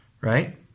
Right